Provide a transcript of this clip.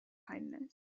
kindness